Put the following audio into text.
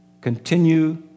continue